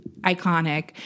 iconic